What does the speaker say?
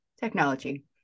technology